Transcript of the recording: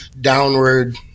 downward